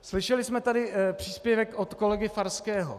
Slyšeli jsme tady příspěvek od kolegy Farského.